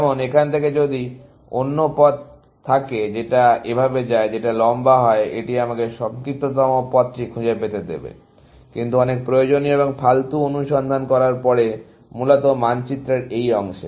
যেমন এখান থেকে যদি অন্য পথ থাকে যেটা এভাবে যায় যেটা লম্বা হয় এটি আমাকে সংক্ষিপ্ততম পথটি খুঁজে পেতে দেবে কিন্তু অনেক অপ্রয়োজনীয় এবং ফালতু অনুসন্ধান করার পরে মূলত মানচিত্রের এই অংশে